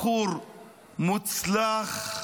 בחור מוצלח,